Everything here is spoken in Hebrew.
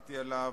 שדילגתי עליו,